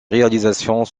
réalisations